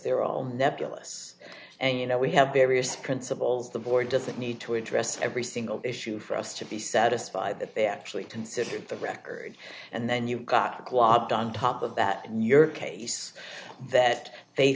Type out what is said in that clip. they're all nebulous and you know we have various principals the board doesn't need to address every single issue for us to be satisfied that they actually considered the record and then you got clobbered on top of that your case that they